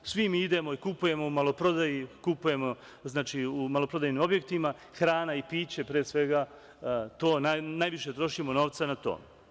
Svi mi idemo i kupujemo u maloprodaji, u maloprodajnim objektima, hrana i piće, pre svega, najviše trošimo novca na to.